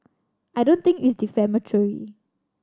I don't think it's defamatory